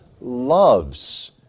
loves